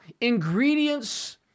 ingredients